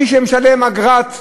מי שמשלם אגרת נישואין,